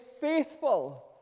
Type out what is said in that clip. faithful